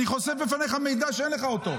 אני חושף בפניך מידע שאין לך אותו.